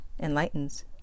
enlightens